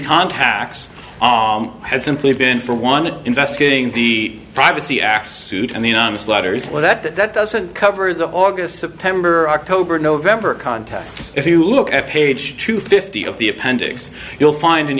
contacts had simply been for want of investigating the privacy act suit and the unanimous letters that that that doesn't cover the august september october november contest if you look at page two fifty of the appendix you'll find an